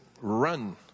run